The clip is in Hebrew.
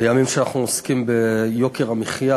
בימים שאנחנו עוסקים ביוקר המחיה,